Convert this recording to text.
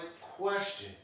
question